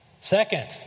Second